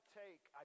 take